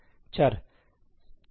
चर चर